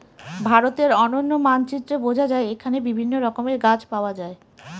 ভারতের অনন্য মানচিত্রে বোঝা যায় এখানে বিভিন্ন রকমের গাছ পাওয়া যায়